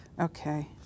Okay